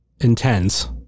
intense